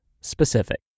specific